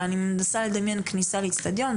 אני מנסה לדמיין כניסה לאצטדיון,